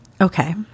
Okay